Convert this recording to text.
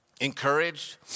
Encouraged